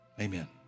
Amen